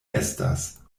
estas